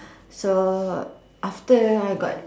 so after I got